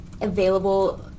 available